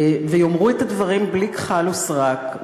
ויאמרו את הדברים בלי כחל ושרק,